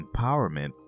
empowerment